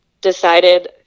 decided